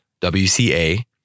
WCA